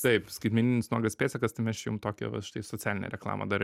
taip skaitmeninis nuogas pėdsakas tai mes čia jum tokią štai vat socialinę reklamą dar